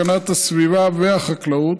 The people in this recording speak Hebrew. הגנת הסביבה והחקלאות,